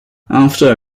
after